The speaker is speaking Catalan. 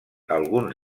alguns